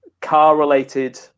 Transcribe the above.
car-related